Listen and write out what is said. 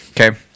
Okay